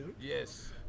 Yes